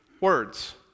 words